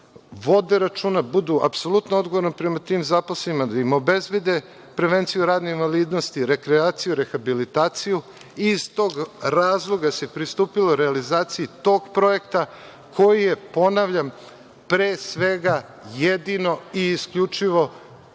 vode računa, budu apsolutno odgovorni prema tim zaposlenima, da im obezbede prevenciju radne invalidnosti, rekreaciju, rehabilitaciju. Iz tog razloga se pristupilo realizaciji tog projekta koji je, ponavljam, pre svega jedino i isključivo